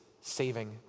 saving